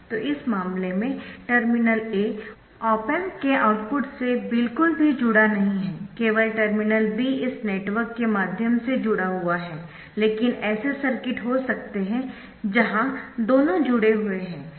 तो इस मामले में टर्मिनल A ऑप एम्प के आउटपुट से बिल्कुल भी जुड़ा नहीं है केवल टर्मिनल B इस नेटवर्क के माध्यम से जुड़ा हुआ है लेकिन ऐसे सर्किट हो सकते है जहां दोनों जुड़े हुए है